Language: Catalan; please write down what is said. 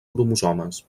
cromosomes